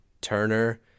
Turner